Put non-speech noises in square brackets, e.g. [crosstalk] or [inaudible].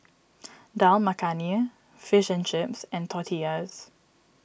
[noise] Dal Makhani Fish and Chips and Tortillas